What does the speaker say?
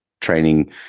training